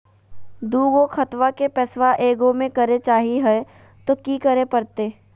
दू गो खतवा के पैसवा ए गो मे करे चाही हय तो कि करे परते?